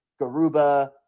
Garuba